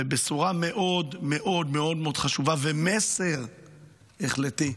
ובשורה מאוד מאוד חשובה ומסר החלטי: